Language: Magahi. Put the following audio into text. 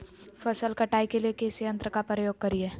फसल कटाई के लिए किस यंत्र का प्रयोग करिये?